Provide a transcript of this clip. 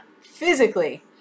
physically